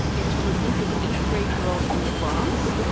it's from a group of eighth grade girls in the bronx.